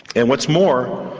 and what's more,